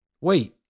Wait